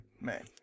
man